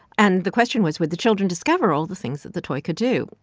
and the question was, would the children discover all the things that the toy could do?